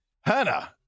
hannah